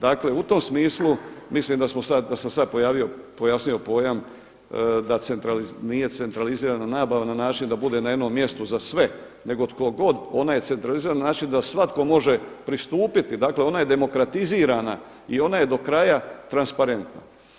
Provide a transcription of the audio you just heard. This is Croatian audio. Dakle u tom smislu mislim da sam sada pojasnio pojam da nije centralizirana nabava na način da bude na jednom mjestu za sve nego tko god ona je centralizirana na način da svatko može pristupiti, dakle ona je demokratizirana i ona je do kraja transparentna.